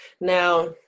Now